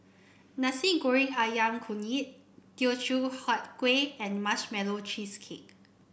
Nasi Goreng ayam Kunyit Teochew Huat Kueh and Marshmallow Cheesecake